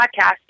podcast